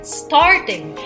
starting